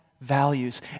values